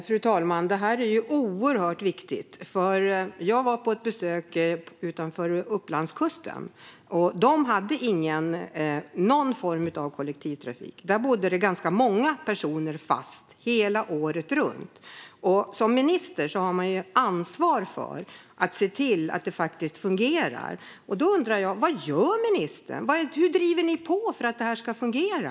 Fru talman! Detta är oerhört viktigt. Jag var på besök utanför Upplandskusten. Där hade man ingen form av kollektivtrafik. Där var det ganska många fastboende året runt. Som minister har man ansvar för att se till att det faktiskt fungerar. Då undrar jag: Vad gör ministern? Hur driver ni på för att detta ska fungera?